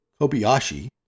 Kobayashi